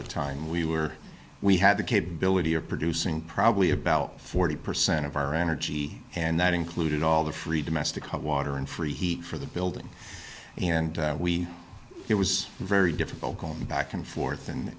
solid time we were we had the capability of producing probably about forty percent of our energy and that included all the free domestic hot water and free heat for the building and we it was very difficult call me back and forth and